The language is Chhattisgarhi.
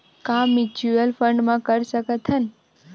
का म्यूच्यूअल फंड म कर सकत हन?